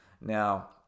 Now